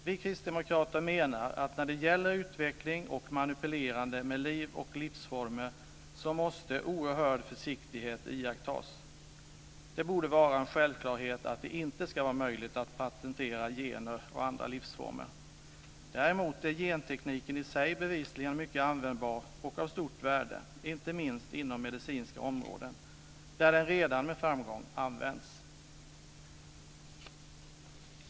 Vi kristdemokrater menar att när det gäller utveckling och manipulerande med liv och livsformer måste oerhörd försiktighet iakttas. Det borde vara en självklarhet att det inte ska vara möjligt att patentera gener och andra livsformer. Däremot är gentekniken i sig bevisligen mycket användbar och av stort värde, inte minst inom medicinska områden, där den redan med framgång använts.